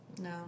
No